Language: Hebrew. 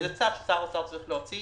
זה צו ששר האוצר צריך להוציא